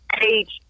age